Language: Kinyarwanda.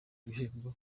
ibihembo